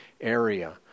area